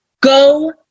go